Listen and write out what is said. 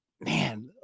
man